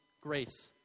grace